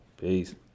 Peace